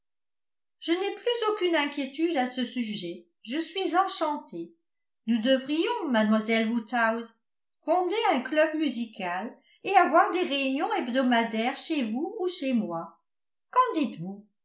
je n'ai plus aucune inquiétude à ce sujet je suis enchantée nous devrions mademoiselle woodhouse fonder un club musical et avoir des réunions hebdomadaires chez vous ou chez moi qu'en dites-vous